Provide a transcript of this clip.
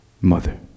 mother